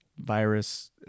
virus